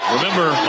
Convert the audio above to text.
Remember